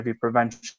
prevention